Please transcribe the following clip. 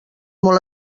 molt